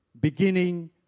beginning